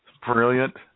Brilliant